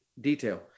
detail